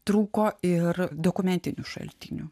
trūko ir dokumentinių šaltinių